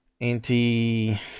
anti